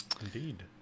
Indeed